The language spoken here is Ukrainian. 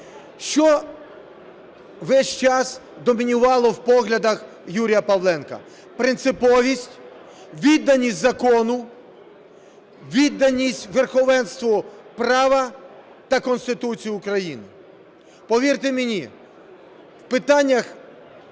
Що весь час домінувало в поглядах Юрія Павленка? Принциповість, відданість закону, відданість верховенству права та Конституції України. Повірте мені, в питаннях,